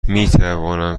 میتوانم